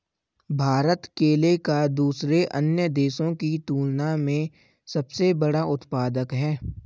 भारत केले का दूसरे अन्य देशों की तुलना में सबसे बड़ा उत्पादक है